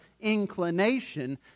inclination